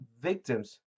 victims